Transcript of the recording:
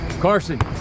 Carson